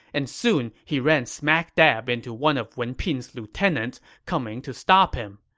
and soon he ran smack dab into one of wen pin's lieutenants, coming to stop him.